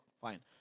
Fine